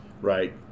right